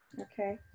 okay